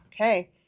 Okay